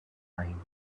pine